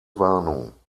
warnung